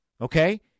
okay